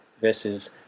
versus